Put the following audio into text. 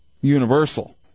Universal